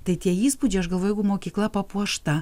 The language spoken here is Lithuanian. tai tie įspūdžiai aš galvoju jeigu mokykla papuošta